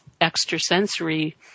extrasensory